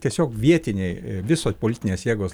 tiesiog vietiniai visos politinės jėgos